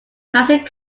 classic